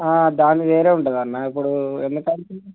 దానిది వేరే ఉంటుంది అన్న ఇప్పుడు ఎందుకంటే